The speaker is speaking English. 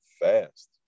fast